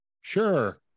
Sure